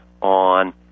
on